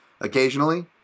occasionally